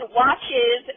watches